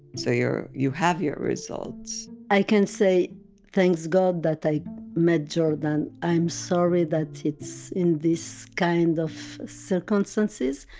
so you're, you have your results. i can say thanks god that i met jordan. i'm sorry that it's in this kind of circumstances.